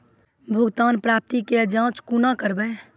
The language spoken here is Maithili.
भुगतान प्राप्ति के जाँच कूना करवै?